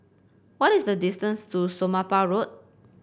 what is the distance to Somapah Road